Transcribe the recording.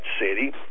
city